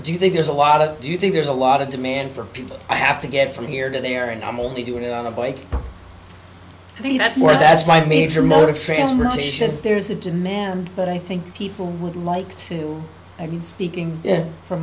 that you think there's a lot of do you think there's a lot of demand for people i have to get from here to there and i'm only doing it on a bike i think that's more that's my major miller with transportation there's a demand but i think people would like to i mean speaking for